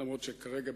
אף-על-פי שכרגע,